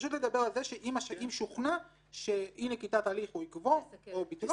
פשוט לדבר על זה שאם שוכנע שאי-נקיטת הליך או עיכובו או ביטולו,